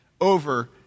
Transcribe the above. over